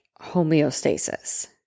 homeostasis